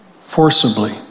forcibly